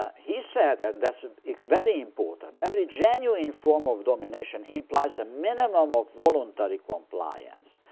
ah he said and that's very important every genuine form of domination implies a minimum of voluntary compliance.